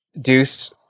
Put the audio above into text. Deuce